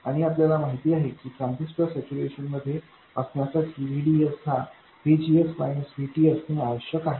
आणि आपल्याला माहित आहे की ट्रांजिस्टर सैच्यूरेशन मध्ये असण्यासाठी VDS हा VGS Vtअसणे आवश्यक आहे